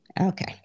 Okay